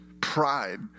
pride